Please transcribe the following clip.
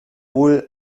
wohl